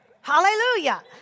Hallelujah